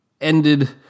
ended